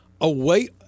away